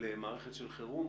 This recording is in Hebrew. למערכת של חירום,